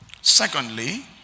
Secondly